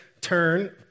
turn